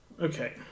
Okay